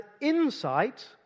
insight